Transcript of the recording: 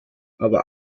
aber